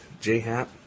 J-Hap